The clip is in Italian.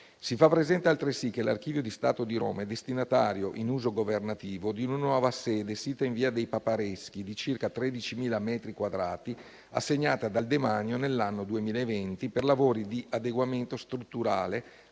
Si fa presente, altresì, che l'Archivio di Stato di Roma è destinatario in uso governativo di una nuova sede, sita in via dei Papareschi, di circa 13.000 metri quadrati, assegnata dal Demanio nell'anno 2020 per lavori di adeguamento strutturale,